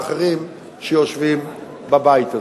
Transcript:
ואחרים שיושבים בבית הזה.